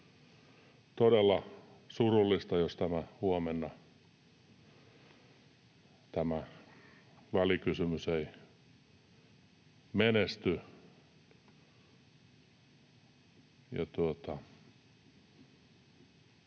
Todella surullista, jos huomenna tämä välikysymys ei menesty,